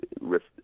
risk